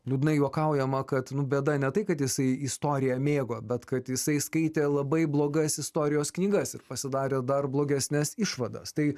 liūdnai juokaujama kad bėda ne tai kad jisai istoriją mėgo bet kad jisai skaitė labai blogas istorijos knygas ir pasidarė dar blogesnes išvadas tai